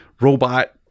robot